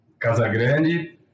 Casagrande